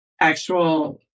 actual